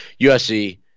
USC